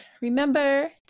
remember